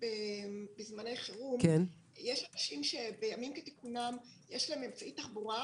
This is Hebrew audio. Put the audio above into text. שבזמני חירום יש אנשים שבימים כתיקונם יש להם אמצעי תחבורה,